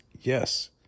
yes